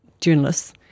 journalists